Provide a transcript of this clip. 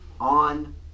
on